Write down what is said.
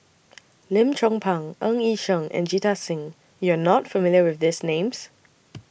Lim Chong Pang Ng Yi Sheng and Jita Singh YOU Are not familiar with These Names